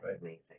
amazing